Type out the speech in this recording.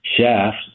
Shaft